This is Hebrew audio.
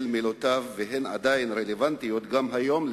והן עדיין רלוונטיות גם היום,